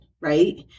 Right